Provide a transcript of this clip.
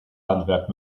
handwerk